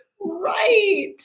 Right